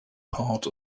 part